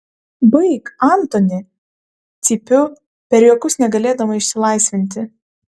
baik antoni cypiu per juokus negalėdama išsilaisvinti